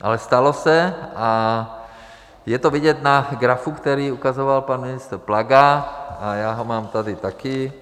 Ale stalo se a je to vidět na grafu, který ukazoval pan ministr Plaga, a já ho mám tady taky.